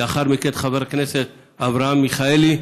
ולאחר מכן של חבר הכנסת אברהם מיכאלי,